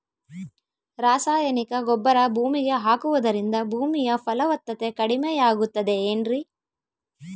ರಾಸಾಯನಿಕ ಗೊಬ್ಬರ ಭೂಮಿಗೆ ಹಾಕುವುದರಿಂದ ಭೂಮಿಯ ಫಲವತ್ತತೆ ಕಡಿಮೆಯಾಗುತ್ತದೆ ಏನ್ರಿ?